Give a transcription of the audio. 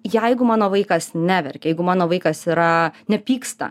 jeigu mano vaikas neverkia jeigu mano vaikas yra nepyksta